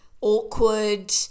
awkward